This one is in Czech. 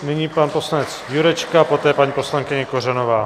Nyní pan poslanec Jurečka, poté paní poslankyně Kořanová.